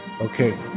Okay